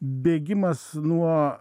bėgimas nuo